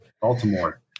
Baltimore